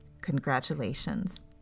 Congratulations